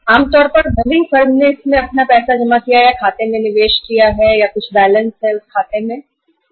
आम तौर पर भले ही फर्म के पास अपना पैसा है जो बैंक में या खाते में निवेश किया गया है कुछ बैलेंस उस खाते में बनाए रखना है